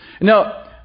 Now